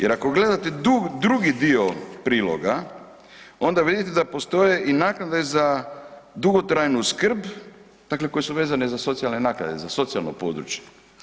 Jer, ako gledate drugi dio priloga, onda vidite da postoje i naknade za dugotrajnu skrb, dakle koje su vezane za socijalne naknade, za socijalno područje.